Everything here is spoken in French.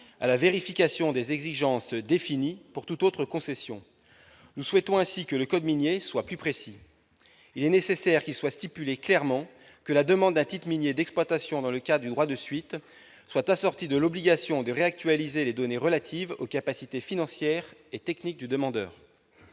à la vérification des exigences définies pour toute autre concession. Nous souhaitons donc que le code minier soit plus précis. Il est nécessaire d'indiquer clairement que la délivrance d'un titre minier d'exploitation dans le cadre du droit de suite doit être assortie de l'obligation de réactualiser les données relatives aux capacités financières et techniques du demandeur.